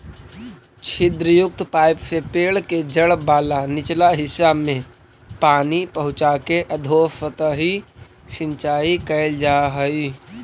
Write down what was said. छिद्रयुक्त पाइप से पेड़ के जड़ वाला निचला हिस्सा में पानी पहुँचाके अधोसतही सिंचाई कैल जा हइ